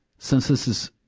since this is,